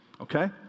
Okay